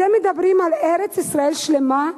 אתם מדברים על ארץ-ישראל שלמה?